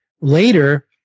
later